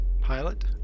pilot